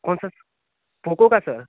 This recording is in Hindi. कौन सा पोको का सर